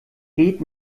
geht